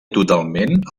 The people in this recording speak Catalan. totalment